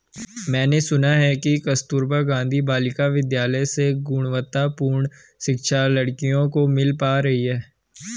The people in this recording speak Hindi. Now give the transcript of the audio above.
मैंने सुना है कि कस्तूरबा गांधी बालिका विद्यालय से गुणवत्तापूर्ण शिक्षा लड़कियों को मिल पा रही है